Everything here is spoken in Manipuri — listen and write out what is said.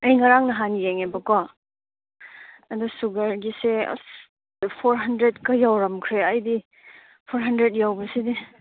ꯑꯩ ꯉꯔꯥꯡ ꯅꯍꯥꯟ ꯌꯦꯡꯉꯦꯕꯀꯣ ꯑꯗꯨ ꯁꯨꯒꯔꯒꯤꯁꯦ ꯑꯁ ꯐꯣꯔ ꯍꯟꯗ꯭ꯔꯦꯗꯀ ꯌꯧꯈ꯭ꯔꯦ ꯑꯩꯗꯤ ꯐꯣꯔ ꯍꯟꯗ꯭ꯔꯦꯗ ꯌꯧꯕꯁꯤꯗꯤ